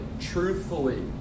truthfully